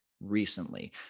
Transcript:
recently